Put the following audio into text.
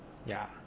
yeah